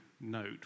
note